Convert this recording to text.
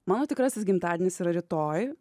mano tikrasis gimtadienis yra rytoj